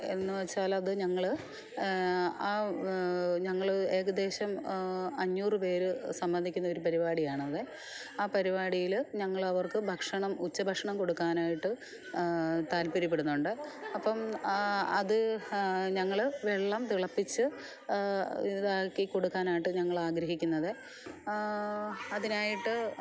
എന്നു വെച്ചാലത് ഞങ്ങൾ ആ ഞങ്ങൾ ഏകദേശം അഞ്ഞൂറ് പേര് സംബന്ധിക്കുന്ന ഒരു പരിപാടിയാണത് ആ പരിപാടിയിൽ ഞങ്ങളവർക്ക് ഭക്ഷണം ഉച്ച ഭക്ഷണം കൊടുക്കാനായിട്ട് താല്പര്യപ്പെടുന്നുണ്ട് അപ്പം ആ അത് ഞങ്ങൾ വെള്ളം തിളപ്പിച്ച് ഇതാക്കി കൊടുക്കാനായിട്ട് ഞങ്ങളാഗ്രഹിക്കുന്നത് അതിനായിട്ട്